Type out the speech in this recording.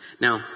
Now